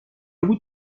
بود